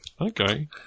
Okay